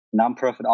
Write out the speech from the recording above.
nonprofit